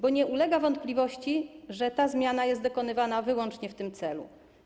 Bo nie ulega wątpliwości, że ta zmiana jest dokonywana wyłącznie w tym celu.